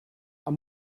are